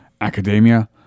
Academia